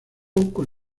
con